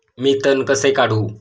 मी तण कसे काढू?